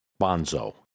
Bonzo